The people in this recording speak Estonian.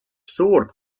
suurt